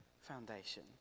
foundation